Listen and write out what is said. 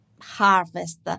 harvest